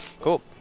Cool